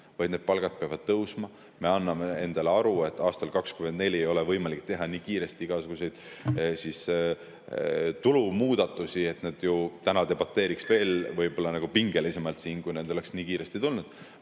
vaid need palgad peavad tõusma. Me anname endale aru, et aastal 2024 ei ole võimalik teha nii kiiresti igasuguseid tulu muudatusi, sest – täna debateeritaks võib-olla veel pingelisemalt siin, kui need ei oleks nii kiiresti tulnud